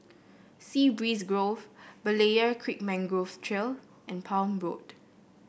Sea Breeze Grove Berlayer Creek Mangrove Trail and Palm Road